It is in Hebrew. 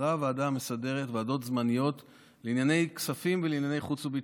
בחרה הוועדה המסדרת ועדות זמניות לענייני כספים ולענייני חוץ וביטחון,